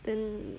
then